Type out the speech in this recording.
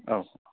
औ